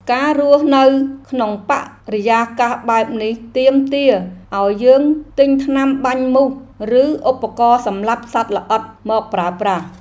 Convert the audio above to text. ការរស់នៅក្នុងបរិយាកាសបែបនេះទាមទារឱ្យយើងទិញថ្នាំបាញ់មូសឬឧបករណ៍សម្លាប់សត្វល្អិតមកប្រើប្រាស់។